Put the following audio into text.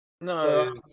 No